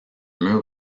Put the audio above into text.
mur